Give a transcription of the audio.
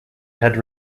had